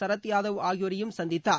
சரத் யாதவ் ஆகியோரை சந்தித்தார்